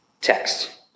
text